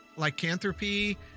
lycanthropy